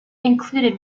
included